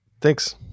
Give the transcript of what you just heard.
thanks